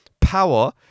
power